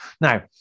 Now